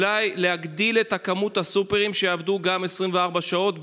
להגדיל את מספר הסופרים שיעבדו 24 שעות,